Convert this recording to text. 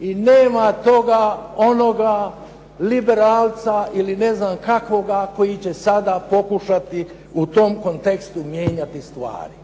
i nema toga, onoga liberalca ili ne znam kakvoga a koji će sada pokušati u tom kontekstu mijenjati stvari.